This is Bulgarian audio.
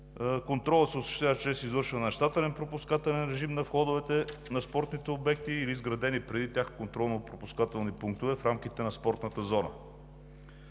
Контролът се осъществява чрез извършване на щателен пропускателен режим на входовете на спортните обекти или изградени преди тях контролно-пропускателни пунктове в рамките на спортната зона.